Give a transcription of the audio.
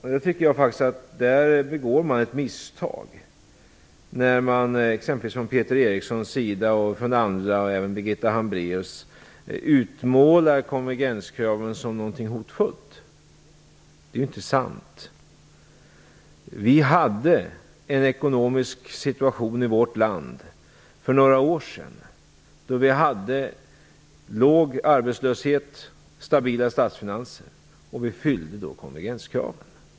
Man begår faktiskt ett misstag när man, som t.ex. Peter Eriksson och Birgitta Hambraeus, utmålar konvergenskraven som någonting hotfullt. Det är inte sant. För några år sedan hade vi en ekonomisk situation i vårt land då arbetslösheten var låg och statsfinanserna var stabila. Då uppfyllde vi konvergenskraven.